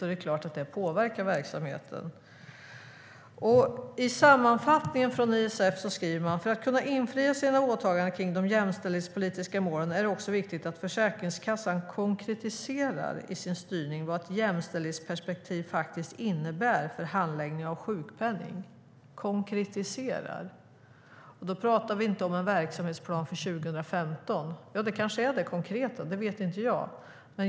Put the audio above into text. I sin sammanfattning skriver ISF att det är viktigt att Försäkringskassan, för att kunna infria sitt åtagande om de jämställdhetspolitiska målen, i sin styrning konkretiserar vad ett jämställdhetsperspektiv faktiskt innebär för handläggning av sjukpenning. Konkretiserar, skriver de. Då pratar vi inte om en verksamhetsplan för 2015. Men det kanske det är, konkret. Det vet inte jag.